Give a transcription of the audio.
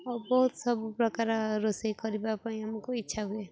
ଆଉ ବହୁତ ସବୁ ପ୍ରକାର ରୋଷେଇ କରିବା ପାଇଁ ଆମକୁ ଇଚ୍ଛା ହୁଏ